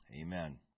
Amen